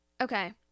okay